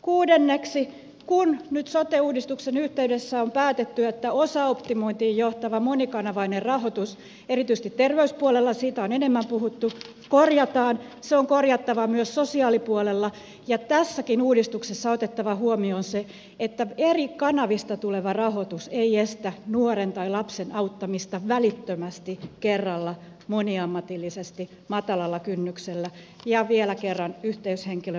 kuudenneksi kun nyt sote uudistuksen yhteydessä on päätetty että osaoptimointiin johtava monikanavainen rahoitus erityisesti terveyspuolella siitä on enemmän puhuttu korjataan se on korjattava myös sosiaalipuolella ja tässäkin uudistuksessa otettava huomioon se että eri kanavista tuleva rahoitus ei estä nuoren tai lapsen auttamista välittömästi kerralla moniammatillisesti matalalla kynnyksellä ja vielä kerran yhteyshenkilön avulla